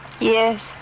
Yes